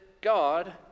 God